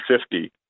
Fifty